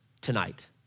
tonight